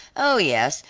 oh, yes,